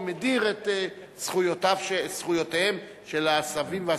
מדיר את זכויותיהם של הסבים והסבתות.